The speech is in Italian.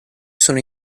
sono